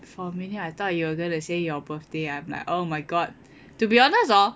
for a minute I thought you were going to say your birthday I'm like oh my god to be honest hor